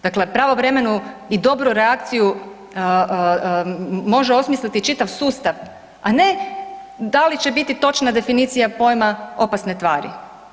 Dakle, pravovremenu i dobru reakciju može osmisliti čitav sustav, a ne da li će biti točna definicija pojma „opasne tvar“